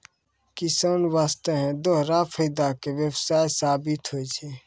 किसान वास्तॅ है दोहरा फायदा के व्यवसाय साबित होय छै